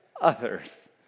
others